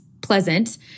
pleasant